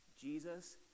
Jesus